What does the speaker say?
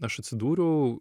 aš atsidūriau